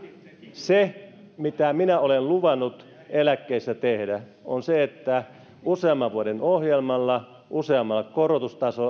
se mitä minä olen luvannut eläkkeissä tehdä on se että useamman vuoden ohjelmalla useammalla